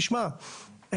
תשמע,